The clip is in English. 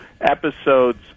episodes